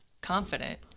confident